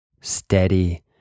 steady